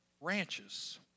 ranches